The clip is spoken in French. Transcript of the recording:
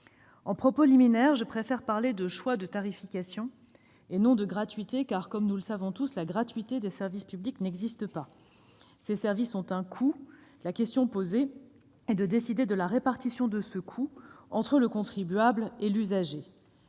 je précise que je préfère parler de « choix de tarification » plutôt que de « gratuité », car, comme nous le savons tous, la gratuité des services publics n'existe pas : ces services ont un coût, la question posée étant celle de la répartition de ce coût entre le contribuable et l'usager.